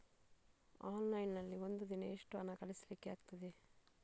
Online ನಲ್ಲಿ ಒಂದು ದಿನ ಎಷ್ಟು ಹಣ ಕಳಿಸ್ಲಿಕ್ಕೆ ಆಗ್ತದೆ?